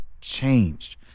changed